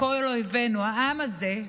לכל אויבינו: העם הזה,